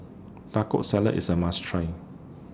Taco Salad IS A must Try